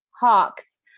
hawks